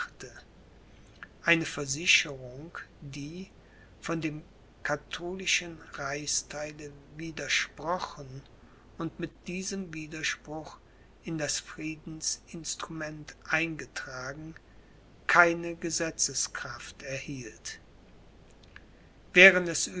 eine versicherung die von dem katholischen reichstheile widersprochen und mit diesem widerspruch in das friedensinstrument eingetragen keine gesetzeskraft erhielt wären es